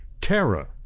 Terra